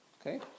okay